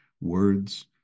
words